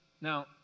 Now